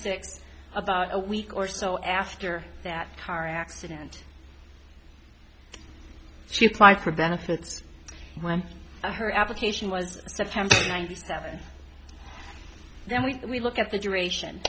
six about a week or so after that car accident she applied for benefits when her application was ninety seven then we look at the duration